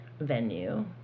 venue